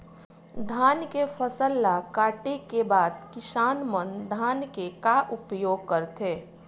धान के फसल ला काटे के बाद किसान मन धान के का उपयोग करथे?